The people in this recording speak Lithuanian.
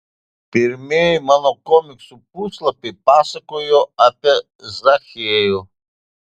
pirmieji mano komiksų puslapiai pasakojo apie zachiejų